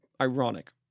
ironic